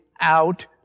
out